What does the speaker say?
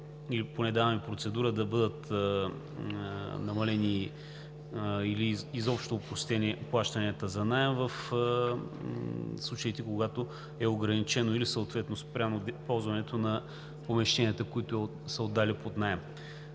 и поне даваме процедура да бъдат намалени или изобщо опростени плащанията за наем в случаите, когато е ограничено или съответно спряно ползването на помещенията, които са отдали под наем.